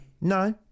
No